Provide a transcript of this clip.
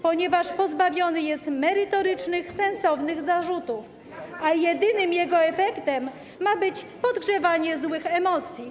ponieważ pozbawiony jest merytorycznych, sensownych zarzutów, a jedynym jego efektem ma być podgrzewanie złych emocji.